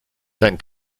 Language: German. dein